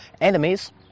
enemies